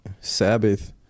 sabbath